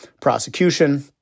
prosecution